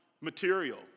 material